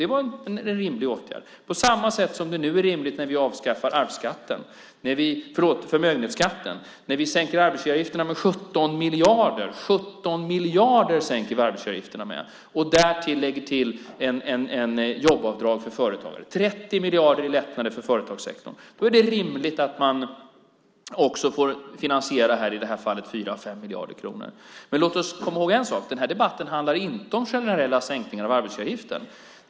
Det var en rimlig åtgärd på samma sätt som det nu är rimligt när vi avskaffar förmögenhetsskatten och sänker arbetsgivaravgifterna med 17 miljarder. Vi sänker arbetsgivaravgifterna med 17 miljarder. Därtill lägger vi ett jobbavdrag för företagare. Det är 30 miljarder i lättnader för företagssektorn. Då är det rimligt att man också får finansiera det här. I det här fallet är det 4-5 miljarder kronor. Men låt oss komma ihåg en sak! Den här debatten handlar inte om generella sänkningar av arbetsgivaravgiften.